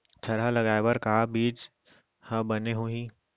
थरहा लगाए बर का बीज हा बने होही?